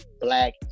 black